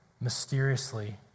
Mysteriously